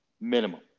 minimum